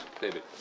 david